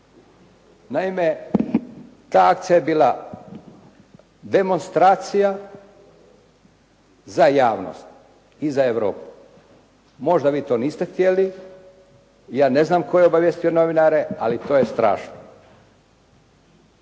Naime ta akcija je bila demonstracija za javnost i za Europu. Možda vi to niste htjeli, ja ne znam tko je obavijestio novinare, ali to je strašno.